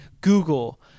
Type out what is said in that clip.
Google